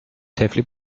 طفلی